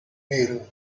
meal